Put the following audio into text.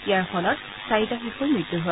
ইয়াৰ ফলত চাৰিটা শিশুৰ মৃত্যু হৈছে